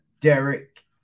Derek